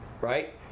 right